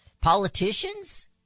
politicians